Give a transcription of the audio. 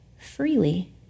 freely